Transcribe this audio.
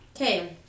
Okay